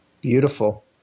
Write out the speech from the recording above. Beautiful